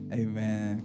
amen